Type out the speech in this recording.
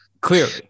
Clearly